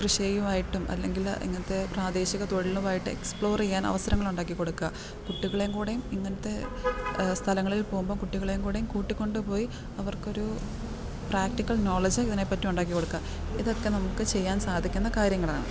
കൃഷിയുമായിട്ടും അല്ലെങ്കിൽ ഇങ്ങനത്തെ പ്രാദേശിക തൊഴിലുമായിട്ട് എക്സ്പ്ലോർ ചെയ്യാൻ അവസരങ്ങൾ ഉണ്ടാക്കി കൊടുക്കാൻ കുട്ടികളേം കൂടേം ഇങ്ങനത്തെ സ്ഥലങ്ങളിൽ പോകുമ്പോൾ കുട്ടികളേം കൂടേം കൂട്ടിക്കൊണ്ടു പോയി അവർക്ക് ഒരു പ്രാക്ടിക്കൽ നോളേജ് ഇതിനെപ്പറ്റി ഉണ്ടാക്കി കൊടുക്കാൻ ഇതൊക്കെ നമുക്ക് ചെയ്യാൻ സാധിക്കുന്ന കാര്യങ്ങളാണ്